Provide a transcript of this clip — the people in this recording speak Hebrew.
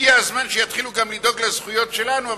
הגיע הזמן שיתחילו גם לדאוג לזכויות שלנו,